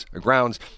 grounds